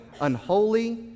unholy